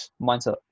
mindset